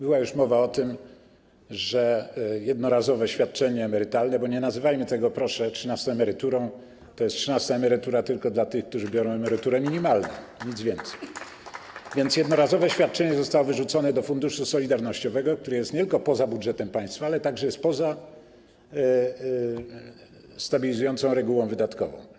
Była już mowa o tym, że jednorazowe świadczenie emerytalne, bo nie nazywajmy tego, proszę, trzynastą emeryturą, bo jest to trzynasta emerytura tylko dla tych, którzy pobierają emeryturę minimalną, nic więcej, zostało wyrzucone do Funduszu Solidarnościowego, który jest nie tylko poza budżetem państwa, ale także jest poza stabilizującą regułą wydatkową.